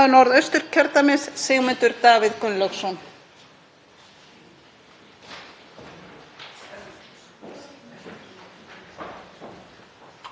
Frú forseti. Þetta er gríðarlega mikilvæg umræða og ástæða til að þakka málshefjanda fyrir að